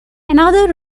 another